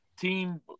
Team –